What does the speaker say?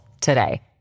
today